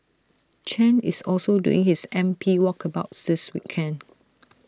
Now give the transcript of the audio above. Chen is also doing his M P walkabouts this weekend